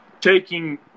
taking